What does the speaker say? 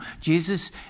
Jesus